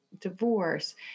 divorce